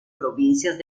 provincias